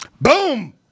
Boom